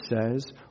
says